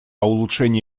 улучшение